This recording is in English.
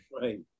Right